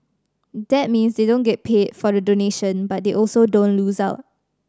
that means they don't get paid for the donation but they also don't lose out